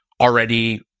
already